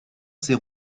ces